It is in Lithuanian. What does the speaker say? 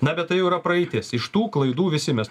na bet tai jau yra praeitis iš tų klaidų visi mes